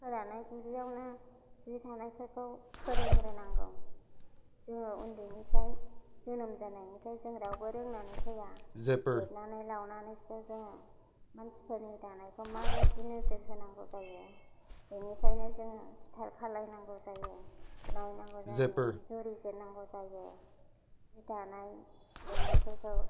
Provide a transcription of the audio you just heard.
फोरानो गिबियावनो जि थानायफोरखौ फोरोंग्रोनांगौ जोङो उन्दैनिफ्राय जोनोम जानायनिफ्राय रावबो रोंनानै फैया देरनानै लानानैसो जों मानसिफोरनि दानायखौ माबादि नोजोर होनांगौ जायो बेनिफायनो जों स्टार खालायनांगौ जायो नायनांगौ जायो जुरिजेन्नांंगौ जायो जि दानाय लुनायफोरखौ